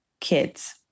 kids